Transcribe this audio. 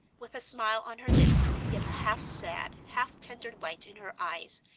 with a smile on her lips, yet a half-sad, half-tender light in her eyes,